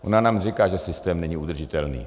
Ona nám říká, že systém není udržitelný.